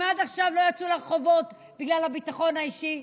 אם עד עכשיו לא יצאו לרחובות בגלל הביטחון האישי,